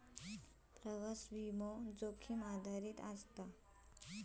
प्रवास विमो, जोखीम आधारित असता